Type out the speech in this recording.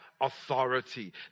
authority